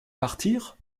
partir